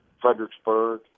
Fredericksburg